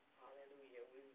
hallelujah